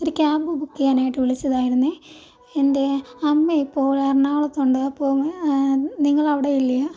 ഒരു cab book ചെയ്യാനായിട്ട് വിളിച്ചതായിരുന്നെ എൻ്റെ അമ്മ ഇപ്പോൾ എറണാകുളത്തുണ്ട് അപ്പോൾ നിങ്ങൾ അവിടെ ഇല്ലയെ